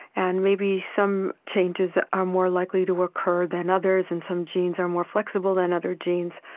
and maybe some changes are more likely to occur than others, and some genes are more flexible than other genes,